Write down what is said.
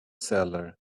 seller